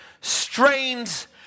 strains